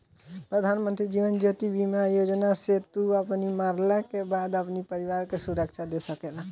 प्रधानमंत्री जीवन ज्योति बीमा योजना से तू अपनी मरला के बाद अपनी परिवार के सुरक्षा दे सकेला